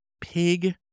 pig